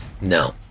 No